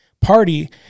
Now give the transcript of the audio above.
party